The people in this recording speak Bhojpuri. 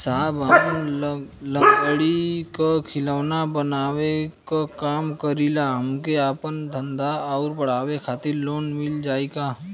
साहब हम लंगड़ी क खिलौना बनावे क काम करी ला हमके आपन धंधा अउर बढ़ावे के खातिर लोन मिल जाई का?